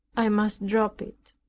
i must drop it.